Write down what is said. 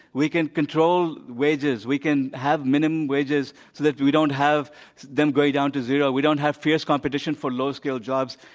we can control wages. we can have minimum wages so that we we don't have them going down to zero, we don't have fierce competition for low-skilled jobs.